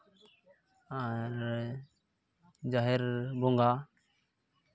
ᱟᱨ ᱡᱟᱦᱮᱨ ᱵᱚᱸᱜᱟ